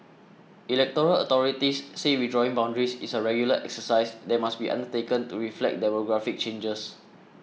electoral authorities say redrawing boundaries is a regular exercise that must be undertaken to reflect demographic changes